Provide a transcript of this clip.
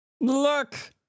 Look